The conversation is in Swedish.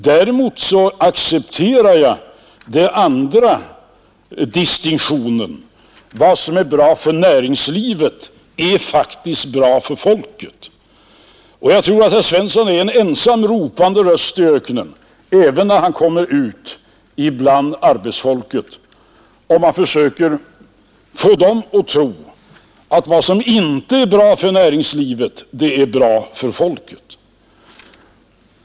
Däremot accepterar jag den andra distinktionen — vad som är bra för näringslivet är faktiskt bra för folket. Och jag tror att herr Svenssons stämma blir en ropandes röst i öknen, även när han kommer ut bland arbetsfolket, om han försöker få människorna att tro att vad som inte är bra för näringslivet är bra för folket.